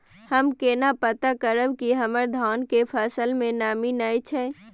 हम केना पता करब की हमर धान के फसल में नमी नय छै?